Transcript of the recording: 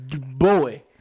boy